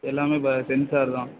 எல்லாமே இப்போ சென்சார் தான்